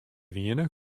wiene